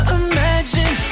imagine